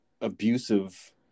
abusive